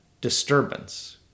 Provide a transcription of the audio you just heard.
disturbance